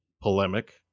polemic